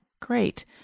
great